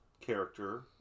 character